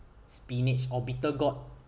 spinach or bitter gourd